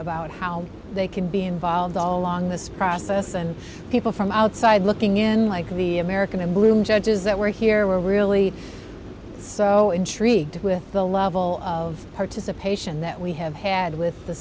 about how they could be involved all along this process and people from outside looking in like the american and bloom judges that were here were really so intrigued with the level of participation that we have had with the